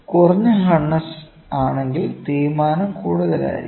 കുറഞ്ഞ ഹാർഡ്നെസ് ആണെങ്കിൽ തേയ്മാനം കൂടുതലായിരിക്കും